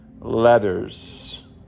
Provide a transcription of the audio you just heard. letters